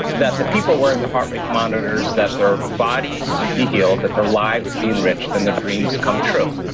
that the people wearing the heart rate monitors that their bodies be healed, that their lives be enriched, then their dreams come true